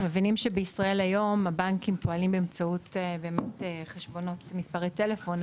אנחנו מבינים שבישראל היום הבנקים פועלים באמצעות באמת מספרי טלפון,